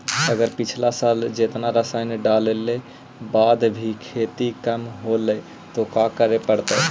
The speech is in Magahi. अगर पिछला साल जेतना रासायन डालेला बाद भी खेती कम होलइ तो का करे पड़तई?